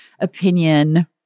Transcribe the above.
opinion